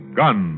gun